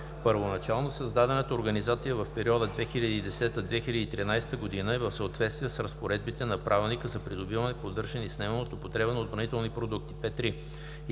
Първоначално създадената организация в периода 2010 – 2013 г. е в съответствие с разпоредбите на Правилника за придобиване, поддържане и снемане от употреба на отбранителни продукти